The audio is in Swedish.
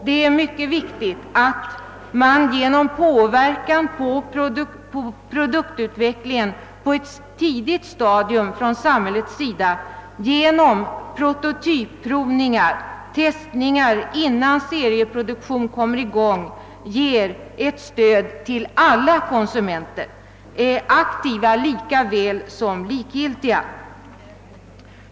Det är ock så mycket viktigt att samhället på ett tidigt stadium ger stöd åt alla konsunrenter, aktiva såväl som likgiltiga, och påverkar produktutvecklingen genom iprototypprovningar och testningar inman serieproduktion kommer i gång.